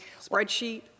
spreadsheet